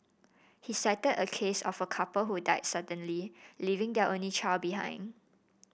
he cited a case of a couple who died suddenly leaving their only child behind